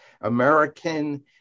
American